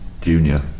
Junior